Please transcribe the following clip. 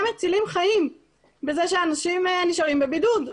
מצילים חיים בזה שאנשים נשארים בבידוד.